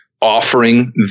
offering